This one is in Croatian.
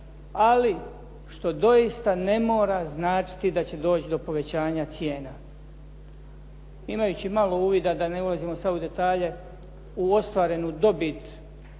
ali što doista ne mora značiti da će doći do povećanja cijena. Imajući malo uvida da ne ulazim sad u detalje, u ostvarenu dobit